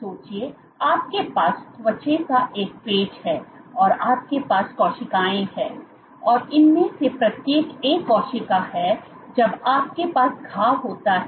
सोचिए आपके पास त्वचा का एक पैच है और आपके पास कोशिकाएं हैं और इनमें से प्रत्येक एक कोशिका है जब आपके पास घाव होता है